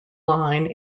line